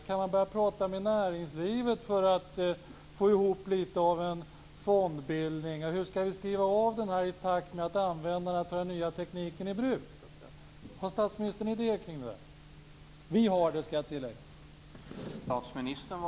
Kan man börja prata med näringslivet för att få ihop lite av en fondbildning? Och hur skall vi skriva av det här i takt med att användarna tar den nya tekniken i bruk? Har statsministern idéer kring det? Vi har det, skall jag tillägga.